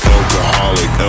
Alcoholic